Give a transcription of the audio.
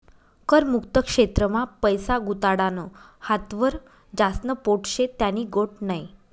कर मुक्त क्षेत्र मा पैसा गुताडानं हातावर ज्यास्न पोट शे त्यानी गोट नै